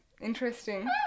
interesting